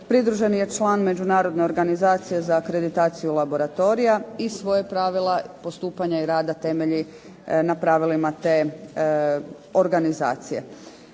pridružen je član Međunarodne organizacije za akreditaciju laboratorija i svoja pravila postupanja i rada temelji na pravilima te organizacije.